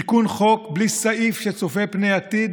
תיקון חוק בלי סעיף שצופה פני עתיד?